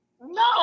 No